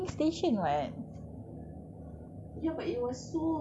but no but the tepi got the drying station [what]